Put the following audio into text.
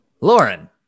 Lauren